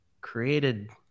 created